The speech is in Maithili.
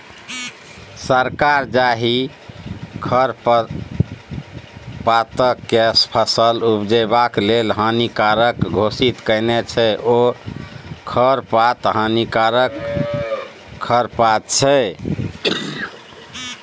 सरकार जाहि खरपातकेँ फसल उपजेबा लेल हानिकारक घोषित केने छै ओ खरपात हानिकारक खरपात छै